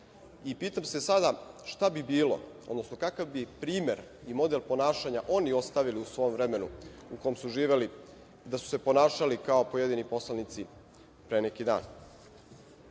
Pitam se sada šta bi bilo, odnosno kakav bi primer i model ponašanja oni ostavili u svom vremenu u kome su živeli da su se ponašali kao pojedini poslanici pre neki dan. Sa